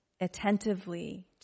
attentively